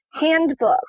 handbook